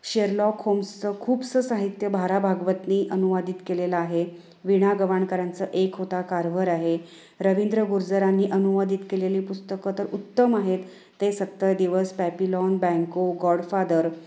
Sherlock होम्सचं खूपसं साहित्य भा रा भागवतनी अनुवादित केलेलं आहे विणा गवाणकरांचं एक होता कार्व्हर आहे रविंद्र गुर्जरांनी अनुवादित केलेली पुस्तकं तर उत्तम आहेत ते सत्तर दिवस पॅपिलॉन ड बँको गॉडफादर